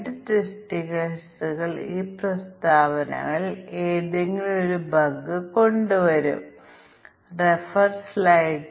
ഒരു ഫംഗ്ഷൻ എടുക്കുന്ന 2 പാരാമീറ്ററുകൾ ഇവയാണ് 1 മുതൽ 23 വരെയും 1 മുതൽ 100 വരെയുമുള്ള വിദ്യാഭ്യാസ വർഷങ്ങൾ